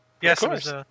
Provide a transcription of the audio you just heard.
Yes